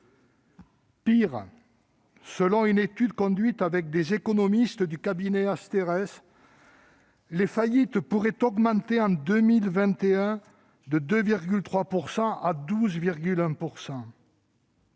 Pire, selon une étude conduite avec des économistes du cabinet Asterès, le nombre de faillites pourrait augmenter en 2021 dans une